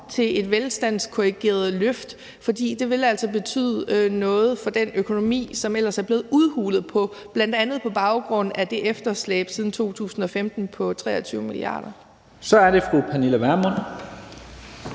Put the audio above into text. til et velstandskorrigeret løft, for det vil altså betyde noget for den økonomi, som ellers er blevet udhulet, bl.a. på baggrund af det efterslæb siden 2015 på 23 mia. kr. Kl. 09:59 Første næstformand